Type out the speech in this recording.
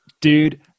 dude